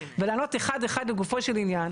ולענות אחד אחד לגופו של עניין.